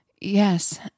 Yes